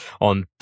on